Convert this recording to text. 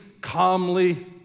calmly